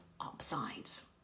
upsides